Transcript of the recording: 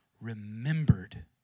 remembered